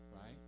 Right